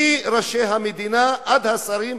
מראשי המדינה עד השרים,